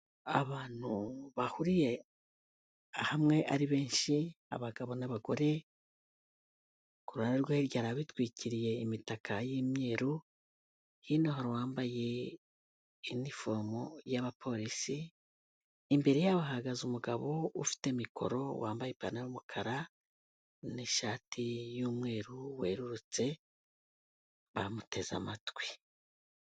Abantu bahuriye hamwe ari benshi abagabo n'abagore, ku ruhande rwo hirya hari abitwikiriye imitaka y'imyeru, hino hari uwambaye inifomu y'abapolisi, imbere yabo hahagaze umugabo ufite mikoro wambaye ipantaro y'umukara n'ishati y'umweru werurutse, bamuteze amatwi.